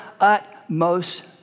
utmost